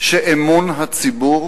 שאמון הציבור